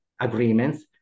agreements